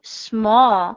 small